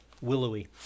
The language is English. willowy